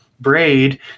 braid